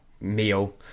meal